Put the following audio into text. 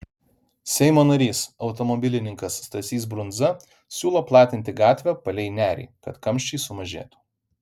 seimo narys automobilininkas stasys brundza siūlo platinti gatvę palei nerį kad kamščiai sumažėtų